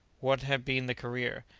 what had been the career,